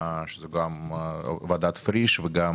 גם ועדת פריש וגם